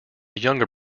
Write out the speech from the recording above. younger